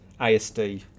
ASD